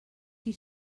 qui